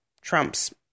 Trump's